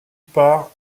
par